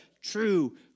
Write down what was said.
true